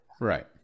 Right